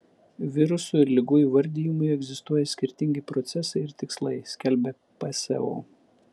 virusų ir ligų įvardijimui egzistuoja skirtingi procesai ir tikslai skelbia pso